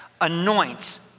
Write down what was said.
anoints